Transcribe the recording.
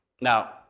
Now